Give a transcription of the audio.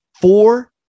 four